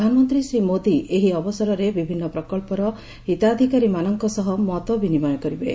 ପ୍ରଧାନମନ୍ତ୍ରୀ ଶ୍ରୀ ମୋଦି ଏହି ଅବସରରେ ବିଭିନ୍ନ ପ୍ରକ୍ସର ହିତାଧିକାରୀମାନଙ୍କ ସହ ମତ ବିନିମୟ କରିବେ